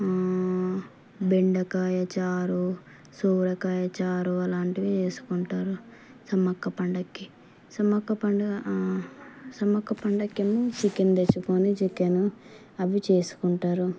బెండకాయ చారు సోరకాయ చారు అలాంటివి చేసుకుంటారు సమ్మక్క పండగకి సమ్మక్క పండగ సమ్మక్క పండగకి ఏమో చికెన్ తెచ్చుకొని చికెన్ అవి చేసుకుంటారు